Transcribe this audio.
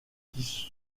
qui